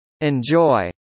Enjoy